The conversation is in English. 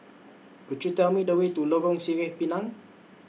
Could YOU Tell Me The Way to Lorong Sireh Pinang